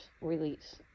release